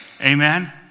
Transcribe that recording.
Amen